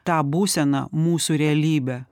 tą būseną mūsų realybę